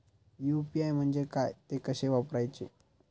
UPI म्हणजे काय, ते कसे वापरायचे?